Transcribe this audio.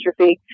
Dystrophy